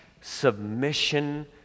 submission